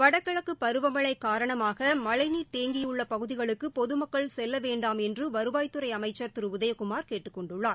வடகிழக்குப் பருவமழை காரணமாக மழைநீர் தேங்கியுள்ள பகுதிகளுக்கு பொது மக்கள் செல்ல வேண்டாம் என்று வருவாய்த்துறை அமைச்சர் திரு ஆர் பி உதயகுமார் கேட்டுக் கொண்டுள்ளார்